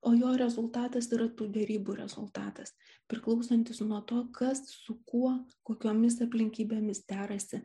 o jo rezultatas yra tų derybų rezultatas priklausantis nuo to kas su kuo kokiomis aplinkybėmis derasi